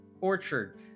Orchard